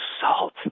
salt